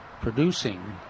producing